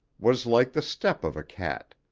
was like the step of a cat.